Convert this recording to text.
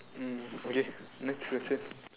mm okay next question